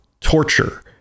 torture